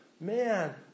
man